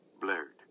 blurred